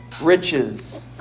riches